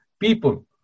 people